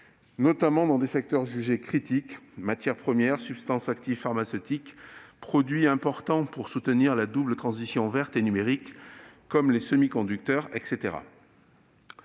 notamment dans les secteurs jugés critiques : matières premières, substances actives pharmaceutiques ou encore produits essentiels pour soutenir la double transition verte et numérique comme les semi-conducteurs.